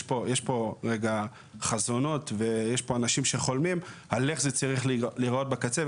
יש פה רגע חזונות ויש אנשים שחולמים על איך זה צריך להיראות בקצה.